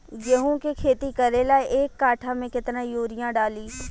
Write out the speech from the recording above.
गेहूं के खेती करे ला एक काठा में केतना युरीयाँ डाली?